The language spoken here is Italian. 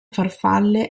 farfalle